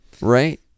right